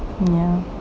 ya